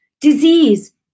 disease